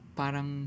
parang